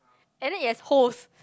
and then it has holes